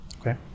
Okay